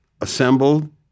assembled